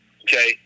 okay